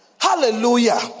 Hallelujah